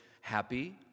happy